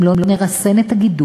אם לא נרסן את הגידול,